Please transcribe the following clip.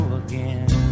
again